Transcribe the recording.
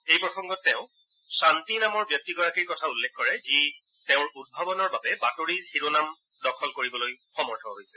এই প্ৰসংগত তেওঁ মণিপুৰৰ বিজয় শান্তি নামৰ ব্যক্তিগৰাকীৰ কথা উল্লেখ কৰে যিয়ে তেওঁৰ উদ্ভাৱনৰ বাবে বাতৰিৰ শিৰোনাম দখল কৰিবলৈ সমৰ্থ হৈছে